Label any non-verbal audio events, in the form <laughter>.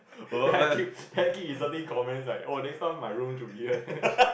<laughs> then I keep then I keep inserting comment like oh next time my room should be here